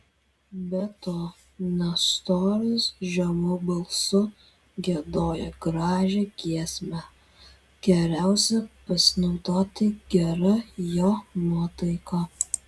be to nestoras žemu balsu giedojo gražią giesmę geriausia pasinaudoti gera jo nuotaika